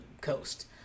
coast